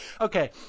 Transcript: Okay